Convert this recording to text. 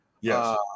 Yes